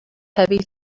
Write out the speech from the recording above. heavy